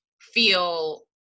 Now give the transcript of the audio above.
feel